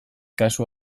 kasu